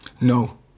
No